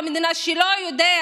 היחיד הוא עוד ועוד תקנים?